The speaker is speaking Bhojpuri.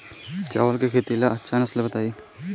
चावल के खेती ला अच्छा नस्ल बताई?